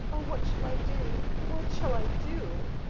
o what shall i do! what shall i do!